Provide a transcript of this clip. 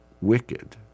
wicked